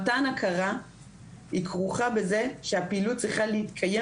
מתן הכרה כרוך בזה שהפעילות צריכה להתקיים